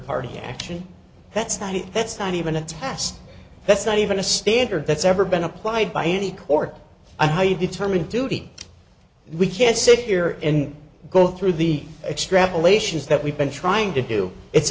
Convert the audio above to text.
party action that's that's not even a test that's not even a standard that's ever been applied by any court and how you determine duty we can't sit here in go through the extrapolations that we've been trying to do it's